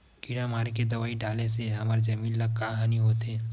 किड़ा मारे के दवाई डाले से हमर जमीन ल का हानि होथे?